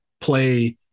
play